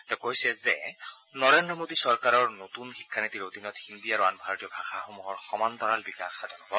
তেওঁ কৈছে যে নৰেজ্ৰ মোদী চৰকাৰৰ নতুন শিক্ষানীতিৰ অধীনত হিন্দী আৰু আন ভাৰতীয় ভাষাসমূহৰ সমান্তৰাল বিকাশ সাধন হ'ব